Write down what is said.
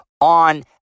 on